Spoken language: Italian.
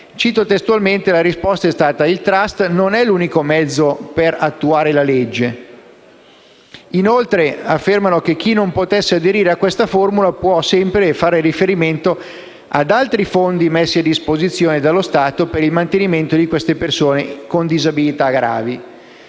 Cito testualmente la sua risposta: «Il *trust* non è l'unico mezzo per attuare la legge. Inoltre, affermano che chi non potesse aderire a questa formula, può sempre fare riferimento ad altri fondi messi a disposizione dallo Stato per il mantenimento di queste persone con disabilità gravi».